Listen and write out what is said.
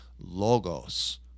Logos